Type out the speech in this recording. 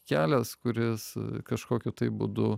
kelias kuris kažkokiu būdu